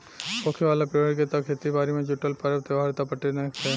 होखे वाला पीढ़ी के त खेती बारी से जुटल परब त्योहार त पते नएखे